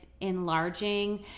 enlarging